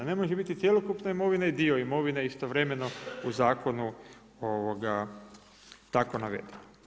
Ne može biti cjelokupna imovina i dio imovine istovremeno u zakonu tako navedeno.